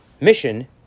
mission